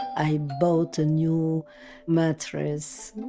i bought a new mattress,